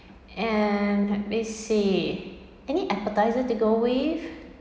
and let me see any appetisers to go with